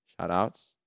Shout-outs